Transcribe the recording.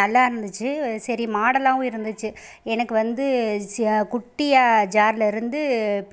நல்லா இருந்துச்சு சரி மாடலாகவும் இருந்துச்சு எனக்கு வந்து சியா குட்டியா ஜார்லிருந்து